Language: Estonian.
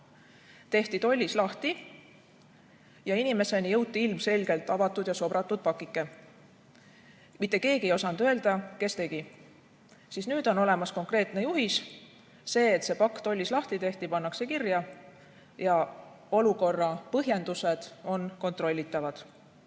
tehti tollis lahti ja inimeseni jõudis ilmselgelt avatud ja sobratud pakike. Mitte keegi ei osanud öelda, kes tegi. Nüüd on olemas konkreetne juhis: see, et pakk tollis lahti tehti, pannakse kirja ja olukorra põhjendused on kontrollitavad.